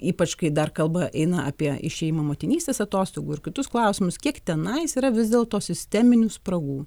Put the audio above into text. ypač kai dar kalba eina apie išėjimą motinystės atostogų ir kitus klausimus kiek tenais yra vis dėlto sisteminių spragų